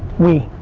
we.